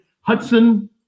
hudson